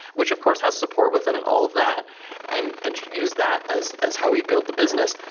which of course has support with it and all of that and and use that as as how we build the business.